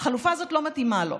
והחלופה הזאת לא מתאימה לו,